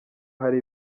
hari